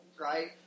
right